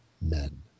men